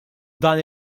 dan